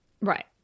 right